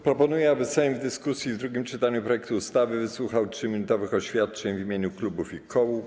Proponuję, aby Sejm w dyskusji w drugim czytaniu projektu ustawy wysłuchał 3-minutowych oświadczeń w imieniu klubów i koła.